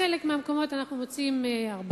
בחלק מהמקומות אנחנו מוצאים 40%,